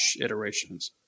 iterations